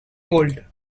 world